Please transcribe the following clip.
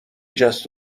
جست